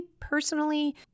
personally